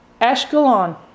Ashkelon